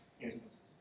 instances